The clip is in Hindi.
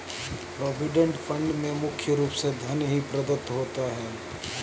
प्रोविडेंट फंड में मुख्य रूप से धन ही प्रदत्त होता है